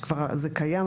כי זה קיים,